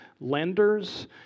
lenders